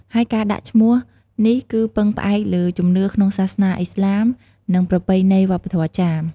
ហើយការដាក់ឈ្មោះនេះគឺពឹងផ្អែកលើ ជំនឿក្នុងសាសនាឥស្លាម និងប្រពៃណីវប្បធម៌ចាម។